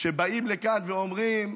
שבאים לכאן ואומרים: